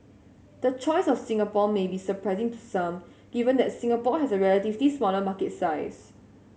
the choice of Singapore may be surprising to some given that Singapore has a relatively smaller market size